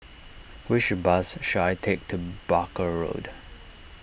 which bus should I take to Barker Road